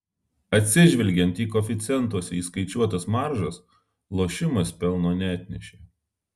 atsižvelgiant į koeficientuose įskaičiuotas maržas lošimas pelno neatnešė